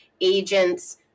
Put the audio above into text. agents